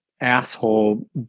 asshole